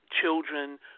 children